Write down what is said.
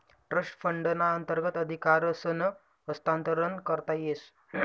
trust फंडना अंतर्गत अधिकारसनं हस्तांतरण करता येस